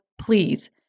please